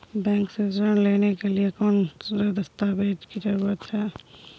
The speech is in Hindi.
बैंक से ऋण लेने के लिए कौन से दस्तावेज की जरूरत है?